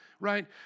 right